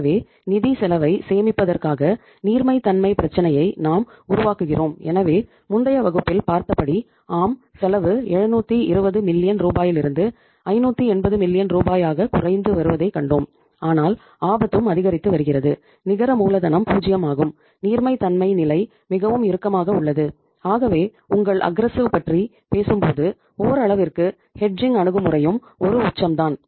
எனவே நிதிச் செலவைச் சேமிப்பதற்காக நீர்மைத்தன்மை பிரெச்சனையை நாம் உருவாக்குகிறோம் எனவே முந்தைய வகுப்பில் பார்த்தபடி ஆம் செலவு 720 மில்லியன் அணுகுமுறையும் ஒரு உச்சம் தான்